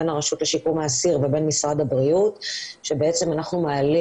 בין הרשות לשיקום האסיר ובין משרד הבריאות כאשר אנחנו מעלים